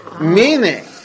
Meaning